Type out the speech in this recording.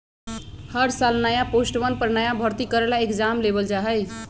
हर साल नया पोस्टवन पर नया भर्ती करे ला एग्जाम लेबल जा हई